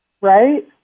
Right